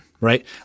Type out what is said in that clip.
right